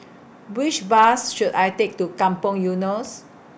Which Bus should I Take to Kampong Eunos